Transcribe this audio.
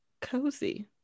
cozy